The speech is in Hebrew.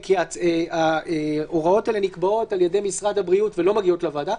כי ההוראות האלה נקבעות על ידי משרד הבריאות ולא מגיעות לוועדה,